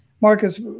Marcus